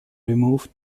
remove